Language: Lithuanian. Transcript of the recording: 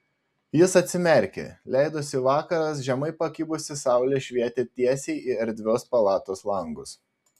jis atsimerkė leidosi vakaras žemai pakibusi saulė švietė tiesiai į erdvios palatos langus